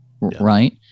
right